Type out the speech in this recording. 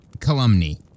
Calumny